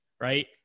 Right